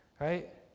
Right